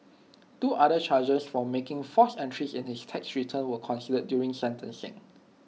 two other charges for making false entries in his tax returns were considered during sentencing